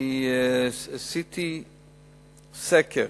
אני עשיתי סקר